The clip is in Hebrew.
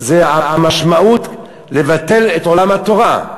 המשמעות היא לבטל את עולם התורה.